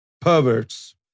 perverts